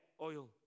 oil